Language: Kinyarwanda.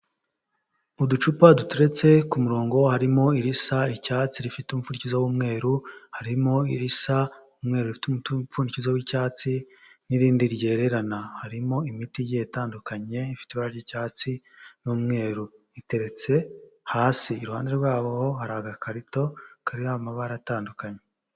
Mu ducupa duteretse ku murongo harimo irisa icyatsi rifite umumfundikizo w'umweru harimo irisa umweru rifite umupfundikizo w'icyatsi n'irindi ryererana, harimo imiti itandukanye ifite ibara ry'icyatsi n'umweru iteretse hasi, iruhande rwaho hari agakarito kariho amabara atandukanye.